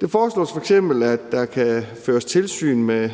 Det foreslås f.eks., at der kan føres tilsyn med